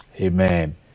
Amen